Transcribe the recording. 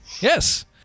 Yes